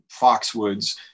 Foxwoods